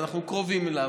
ואנחנו קרובים אליו,